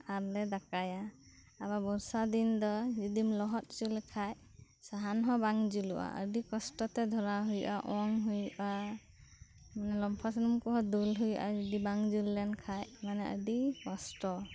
ᱟᱨᱞᱮ ᱫᱟᱠᱟᱭᱟ ᱟᱵᱟᱨ ᱵᱚᱨᱥᱟ ᱫᱤᱱ ᱫᱚ ᱡᱩᱫᱤᱢ ᱞᱚᱦᱚᱫ ᱦᱚᱪᱚ ᱞᱮᱠᱷᱟᱱ ᱥᱟᱦᱟᱱ ᱦᱚᱸ ᱵᱟᱝ ᱡᱳᱞᱳᱜᱼᱟ ᱟᱹᱰᱤ ᱠᱚᱥᱴᱚ ᱛᱮ ᱫᱷᱚᱨᱟᱣ ᱦᱳᱭᱳᱜᱼᱟ ᱚᱝ ᱦᱳᱭᱳᱜᱼᱟ ᱞᱚᱢᱯᱷᱚ ᱥᱩᱱᱩᱢ ᱠᱚᱦᱚᱸ ᱫᱩᱞ ᱦᱳᱭᱳᱜᱼᱟ ᱡᱩᱫᱤ ᱵᱟᱝ ᱡᱳᱞ ᱞᱮᱱ ᱠᱷᱟᱱ ᱢᱮᱱᱮ ᱟᱹᱰᱤ ᱠᱚᱥᱴ